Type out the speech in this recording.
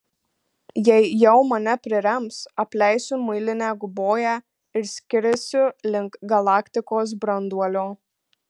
jei jau mane prirems apleisiu muilinę guboją ir skrisiu link galaktikos branduolio